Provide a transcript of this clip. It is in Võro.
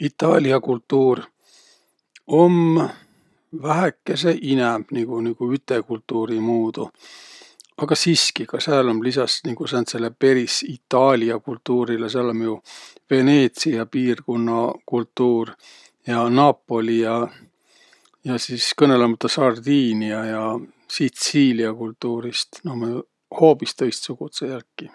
Itaalia kultuur um vähäkese inämb nigu nigu üte kultuuri muudu, aga siski, ka sääl um lisas nigu sääntsele peris itaalia kultuurilõ sääl um jo Veneetsiä piirkunna kultuur ja Napoli ja kõnõlõmaldaq Sardiinia ja Sitsiilia kultuurist – nuuq ummaq jo hoobis tõistsugudsõq jälki.